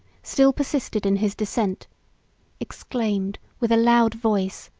still persisted in his dissent exclaimed, with a loud voice,